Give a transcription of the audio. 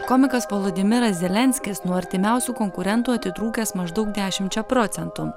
komikas volodimiras zelenskis nuo artimiausių konkurentų atitrūkęs maždaug dešimčia procentų